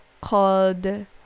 called